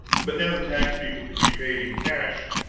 but now the tax people could be paid in cash,